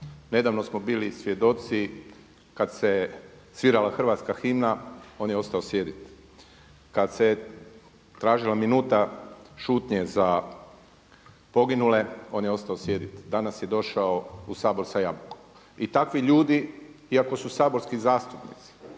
Nedavno smo bili svjedoci kada se svirala Hrvatska himna on je ostao sjediti. Kada se tražila minuta šutnje za poginule on je ostao sjediti, danas je došao u Sabor sa jabukom. I takvi ljudi iako su saborski zastupnici